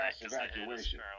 evacuation